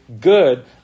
good